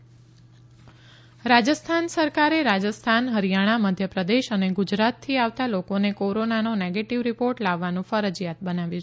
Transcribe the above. Rajasthan corona Rajasthan સરકારે રાજસ્થાન હરિયાણા મધ્યપ્રદેશ અને ગુજરાતથી આવતા લોકોને કોરોનાનો નેગેટિવ રિપોર્ટ લાવવાનું ફરજિયાત બનાવ્યું છે